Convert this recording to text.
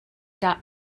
dot